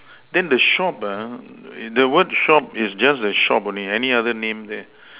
then the shop ah the word shop is just a shop only any other name there